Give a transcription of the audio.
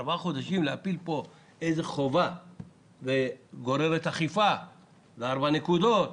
תוך ארבעה חודשים להטיל כאן חובה שגוררת אכיפה וארבע נקודות?